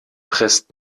presst